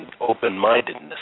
open-mindedness